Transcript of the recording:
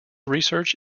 research